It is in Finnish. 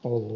oulu